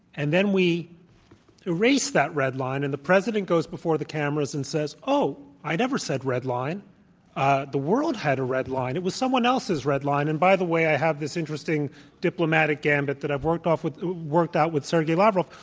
and then we erase that red line and the president goes before the cameras and says, oh, i never said, red line ah the world had a red line, it was someone else's red line, and, by the way, i have this interesting diplomatic gambit that i've worked worked out with sergey lavrov,